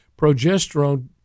Progesterone